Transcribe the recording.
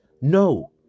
No